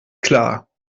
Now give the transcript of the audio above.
klar